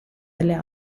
delle